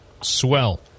Swell